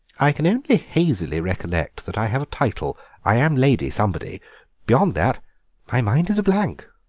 i can only hazily recollect that i have a title i am lady somebody beyond that my mind is a blank.